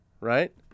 right